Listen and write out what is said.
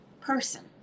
person